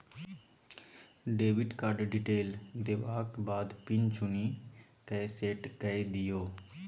debit card detail देबाक बाद pin चुनि कए सेट कए दियौ